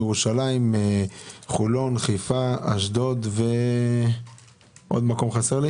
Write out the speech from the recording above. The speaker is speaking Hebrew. לגבי הרשויות המקומיות,